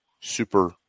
super